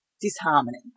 disharmony